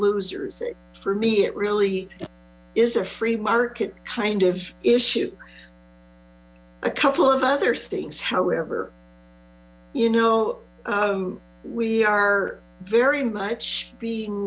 losers for me it really is a free market kind of issue a couple of others things however you know we are very much being